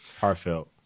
Heartfelt